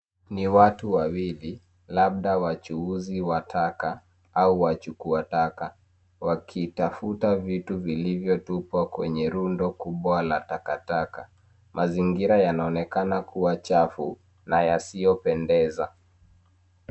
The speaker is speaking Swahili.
Ni watu wawili, labda wachuuzi wa taka au wachukua taka, wakitafuta vitu vilivyotupwa kwenye rundo kubwa la takataka. Mazingira yanaonekana kua chafu, na yasio pendeza.